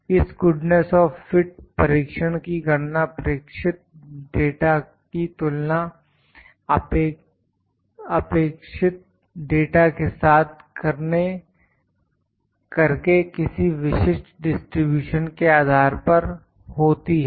इस goodness of fit परीक्षण की गणना प्रेक्षित डाटा की तुलना अपेक्षित डाटा के साथ करके किसी विशिष्ट डिस्ट्रीब्यूशन के आधार पर होती है